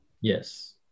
Yes